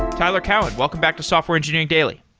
tyler cowen, welcome back to software engineering daily.